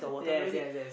yes yes yes